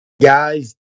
guys